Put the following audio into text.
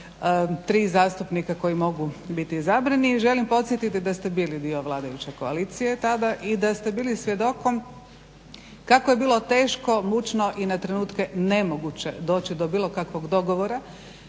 tri zastupnika koji mogu biti izabrani želim podsjetiti da ste bili dio vladajuće koalicije tada i da ste bili svjedokom kako je bio teško, mučno i na trenutke nemoguće doći do bilo kakvog dogovora.